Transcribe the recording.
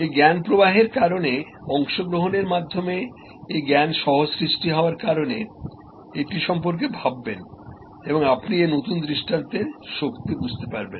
এই জ্ঞান প্রবাহের কারণে অংশগ্রহণের মাধ্যমে এই জ্ঞান সহ সৃষ্টি হওয়ার কারণে এটি সম্পর্কে ভাববেন এবং আপনি এই নতুন দৃষ্টান্তের শক্তি বুঝতে পারবেন